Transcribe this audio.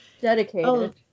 Dedicated